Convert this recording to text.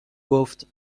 گفت